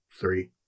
three